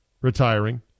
retiring